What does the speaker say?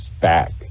back